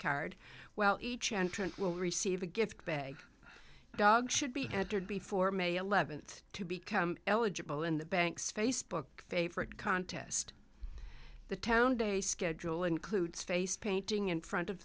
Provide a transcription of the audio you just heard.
card well each entrant will receive a gift bag dog should be entered before may eleventh to become eligible in the bank's facebook favorite contest the town day schedule includes face painting in front of